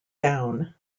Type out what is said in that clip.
down